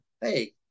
Hey